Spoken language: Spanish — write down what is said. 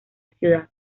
ciudad